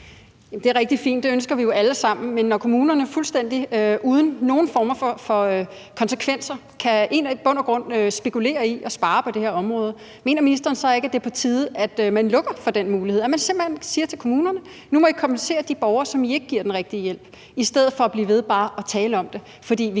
Det er rigtig fint; det ønsker vi jo alle sammen. Men når kommunerne fuldstændig uden nogen former for konsekvenser i bund og grund kan spekulere i at spare på det her område, mener ministeren så ikke, at det er på tide, at man lukker for den mulighed, og at man simpelt hen siger til kommunerne, at de nu må kompensere de borgere, som de ikke giver den rigtige hjælp, i stedet for at blive ved med bare at tale om det? Tallene